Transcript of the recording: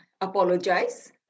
apologize